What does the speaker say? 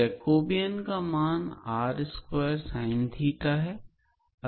Jacobian का मान है